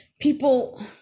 People